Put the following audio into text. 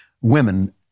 Women